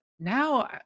Now